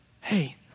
Hey